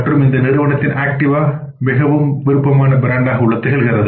மற்றும் இந்த நிறுவனத்தின் ஆக்டிவா மிகவும் விருப்பமான பிராண்டாகும்